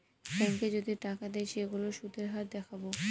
ব্যাঙ্কে যদি টাকা দেয় সেইগুলোর সুধের হার দেখাবো